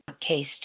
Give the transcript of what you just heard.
case